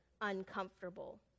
uncomfortable